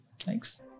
Thanks